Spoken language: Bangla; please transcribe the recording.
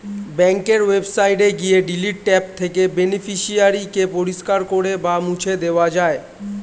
ব্যাঙ্কের ওয়েবসাইটে গিয়ে ডিলিট ট্যাব থেকে বেনিফিশিয়ারি কে পরিষ্কার করে বা মুছে দেওয়া যায়